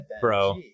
bro